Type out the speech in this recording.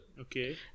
Okay